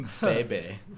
Baby